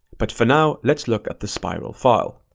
but for now, let's look at the spiral file.